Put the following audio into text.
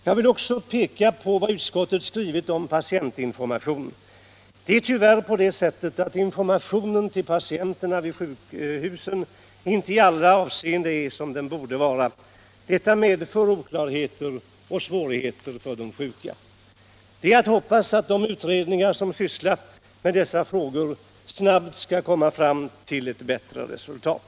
Jag vill också peka på vad utskottet skrivit om patientinformationen. Det är tyvärr så att informationen till patienterna vid sjukhusen inte i alla avseenden är som den borde vara. Detta medför oklarheter och svårigheter för de sjuka. Det är att hoppas att de utredningar som sysslar med dessa frågor snabbt skall kunna nå fram till ett bättre resultat.